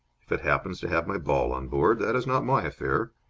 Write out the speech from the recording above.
if it happens to have my ball on board, that is not my affair.